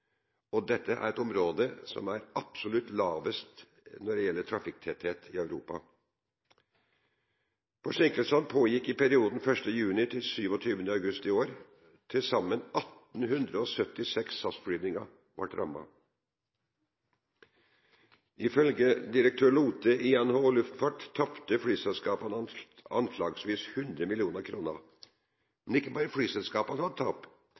og dette er et område som har absolutt lavest trafikktetthet i Europa. Forsinkelsene pågikk i perioden fra 1. juni til 27. august i år. Til sammen 1 876 SAS-flyginger ble rammet. Ifølge direktør Lothe i NHO Luftfart tapte flyselskapene anslagsvis 100 mill. kr. Men ikke bare flyselskapene hadde tap,